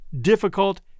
difficult